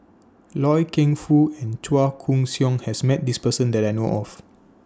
Loy Keng Foo and Chua Koon Siong has Met This Person that I know of